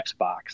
Xbox